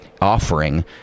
offering